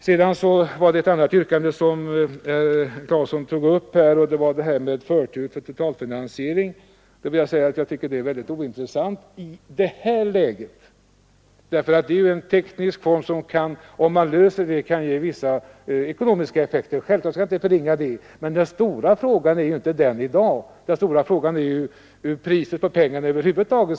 Herr Claeson tog upp ett annat yrkande, nämligen det som avser förtur till totalfinansiering. Jag tycker att den frågan är mycket ointressant i det här läget. Jag skall självfallet inte förneka att en lösning av den frågan skulle kunna ge vissa ekonomiska fördelar, men det är ändå mer en teknisk fråga, och det stora problemet i dag är inte det utan hur förhållandena när det gäller priset på pengarna skall vara.